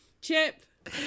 Chip